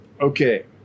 Okay